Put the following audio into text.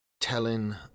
telling